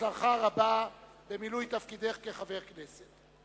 הצלחה רבה במילוי תפקידך כחברת הכנסת.